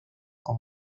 con